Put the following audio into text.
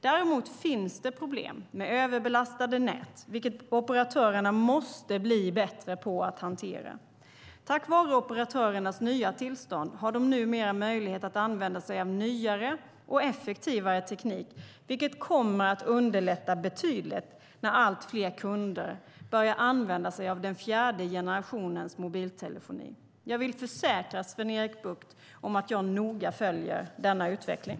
Däremot finns det problem med överbelastade nät, vilket operatörerna måste bli bättre på att hantera. Tack vare operatörernas nya tillstånd har de numera möjlighet att använda sig av nyare och effektivare teknik, vilket kommer att underlätta betydligt när allt fler kunder börjar använda sig av den fjärde generationens mobiltelefoni. Jag vill försäkra Sven-Erik Bucht att jag noga följer denna utveckling.